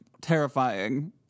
terrifying